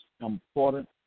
important